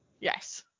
Yes